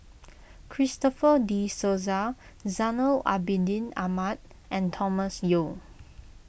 Christopher De Souza Zainal Abidin Ahmad and Thomas Yeo